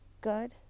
good